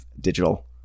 digital